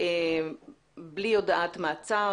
בלי הודעת מעצר,